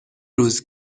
روز